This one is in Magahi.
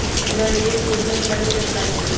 हमरा निवेस योजना के बारे में जानकारी दीउ?